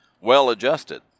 well-adjusted